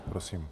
Prosím.